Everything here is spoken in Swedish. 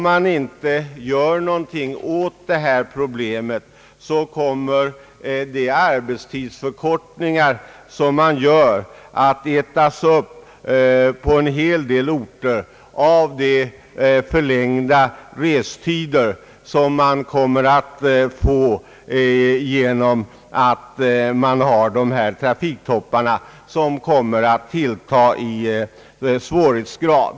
Om inte någonting görs åt problemet, kommer arbetstidsförkortningarna att på en hel del orter ätas upp av de förlängda restider som blir följden av trafiktopparna, vilka kommer att tillta i svårighetsgrad.